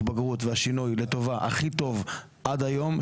הבגרות והשינוי לטובה הכי טוב עד היום,